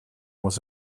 was